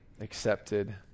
accepted